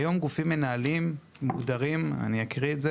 היום גופים מנהלים מוגדרים, אני אקריא את זה